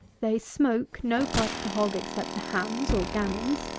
they smoke no part of the hog except the hams, or gammons.